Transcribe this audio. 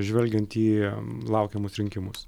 žvelgiant į laukiamus rinkimus